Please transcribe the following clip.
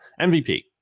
MVP